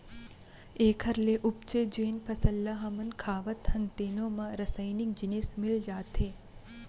एखर ले उपजे जेन फसल ल हमन खावत हन तेनो म रसइनिक जिनिस मिल जाथे